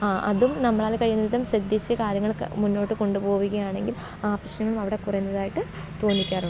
ആ അതും നമ്മളാല് കഴിയിന്നതും ശ്രദ്ധിച്ച് കാര്യങ്ങൾ മുന്നോട്ട് കൊണ്ടു പോവുകയാണെങ്കില് ആ പ്രശ്നങ്ങള് അവിടെ കുറയുന്നതായിട്ട് തോന്നിക്കാറുണ്ട്